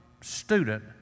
student